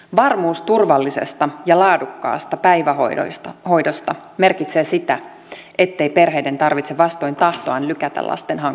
varmuus turvallisesta ja laadukkaasta päivähoidosta merkitsee sitä ettei perheiden tarvitse vastoin tahtoaan lykätä lasten hankkimista